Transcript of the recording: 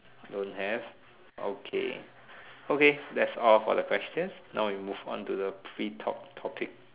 don't have okay okay that's all for the questions now we move on to the free talk topic